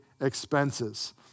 expenses